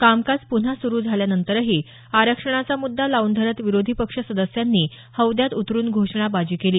कामकाज पुन्हा सुरु झाल्यानंतर आरक्षणाचा मुद्दा लाऊन धरत विरोधीपक्ष सदस्यांनी हौद्यात उतरुन घोषणाबाजी केली